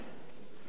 יש מי שחושב